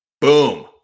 Boom